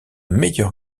meilleur